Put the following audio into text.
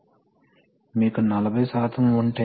కాబట్టి అవి సాధారణంగా మల్టిప్లికేటివ్ రిలేషన్ కలిగి ఉంటాయి